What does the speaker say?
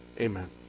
Amen